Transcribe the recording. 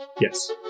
Yes